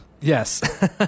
Yes